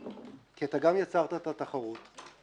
כי אתה גם יצרת את התחרות,